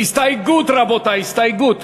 הסתייגות, רבותי, הסתייגות.